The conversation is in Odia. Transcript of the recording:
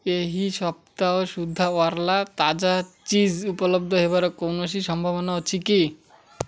ଏହି ସପ୍ତାହ ସୁଦ୍ଧା ଅର୍ଲା ତାଜା ଚିଜ୍ ଉପଲବ୍ଧ ହେବାର କୌଣସି ସମ୍ଭାବନା ଅଛି କି